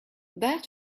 that